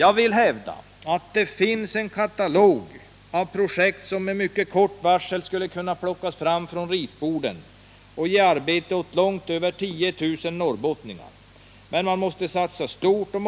Jag vill hävda att det finns en katalog av projekt som med kort varsel skulle kunna plockas fram från ritborden och ge arbete åt långt över 10 000 norrbottningar. Man måste satsa stort och